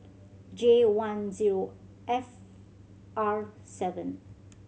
J one zero F R seven